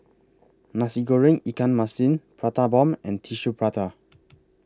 Nasi Goreng Ikan Masin Prata Bomb and Tissue Prata